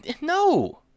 No